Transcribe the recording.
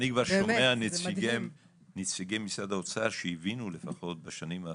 אני כבר שומע נציגי משרד האוצר שהבינו לפחות בשנים האחרונות,